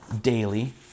daily